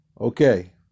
Okay